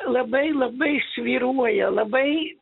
labai labai svyruoja labai